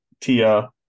Tia